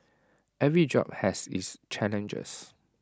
every job has its challenges